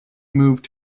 moved